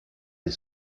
del